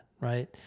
right